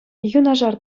юнашар